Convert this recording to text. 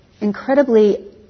incredibly